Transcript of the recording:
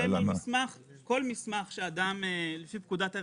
לפי פקודת הראיות,